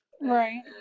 Right